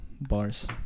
bars